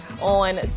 on